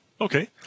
Okay